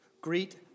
Greet